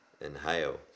Inhale